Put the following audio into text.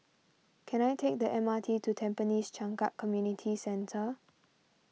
can I take the M R T to Tampines Changkat Community Centre